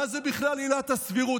מה זה בכלל עילת הסבירות?